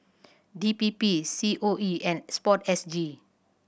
D P P C O E and Sport S G